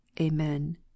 Amen